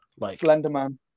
Slenderman